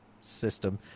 system